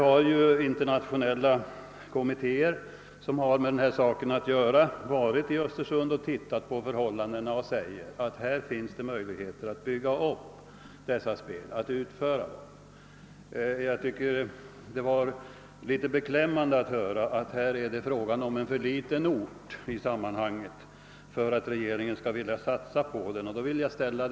Representanter för internationella kommittéer som har med denna sak att göra har ju besökt Östersund och studerat förhållandena, och de säger att där finns möjligheter att genomföra dessa spel. Det var beklämmande att nu få höra att det skulle vara fråga om en ort som är för liten för att regeringen skall vilja satsa på den i sammanhanget.